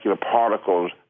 particles